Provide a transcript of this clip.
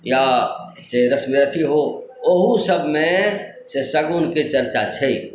या से रश्मीरथी हो ओहो सबमे से शगुनके चर्चा छै